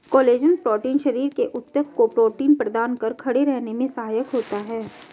collagen protein शरीर के ऊतक को प्रोटीन प्रदान कर खड़े रहने में सहायक होता है